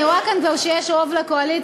אני רואה כאן שכבר יש רוב לקואליציה,